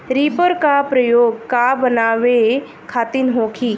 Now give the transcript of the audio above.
Reaper का प्रयोग का बनावे खातिन होखि?